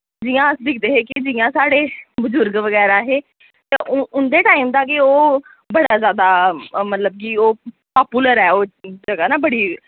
जि'यां अस दिखदे हे कि जि'यां साढ़े बुजुर्ग वगैरा हे ते उंदे टाइम दा गै ओह् बड़ा जैदा मतलब कि ओह् पापुलर ऐ ओह् जगह ना बड़ी